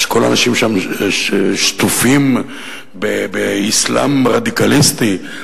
שכל האנשים שם שטופים באסלאם רדיקליסטי,